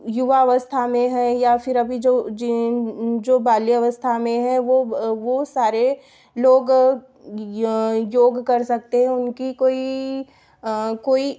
युवावस्था में है या फिर अभी जो जिन जो बाल्यावस्था में है वह वह सारे लोग या योग कर सकते हैं उनकी कोई कोई